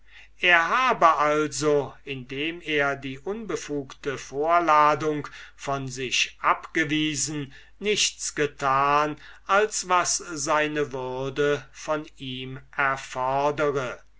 er habe also indem er die unbefugte vorladung von sich abgewiesen nichts getan als was seine würde von ihm erfordert